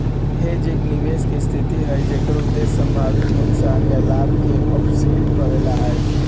hedge एक निवेश के स्थिति हई जेकर उद्देश्य संभावित नुकसान या लाभ के ऑफसेट करे ला हई